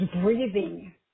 breathing